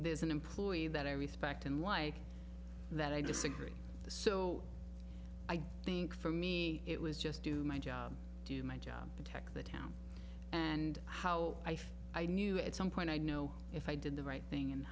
there's an employee that i respect and like that i disagree so i think for me it was just do my job do my job protect the town and how i felt i knew at some point i'd know if i did the right thing and